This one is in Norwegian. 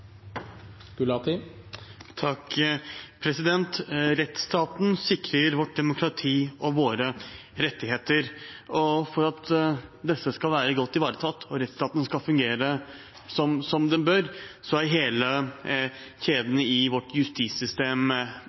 Rettsstaten sikrer vårt demokrati og våre rettigheter, og for at dette skal være godt ivaretatt og rettsstaten skal fungere som den bør, er hele kjeden i vårt